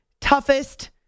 toughest